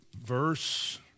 verse